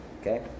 Okay